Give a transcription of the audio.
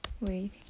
Wait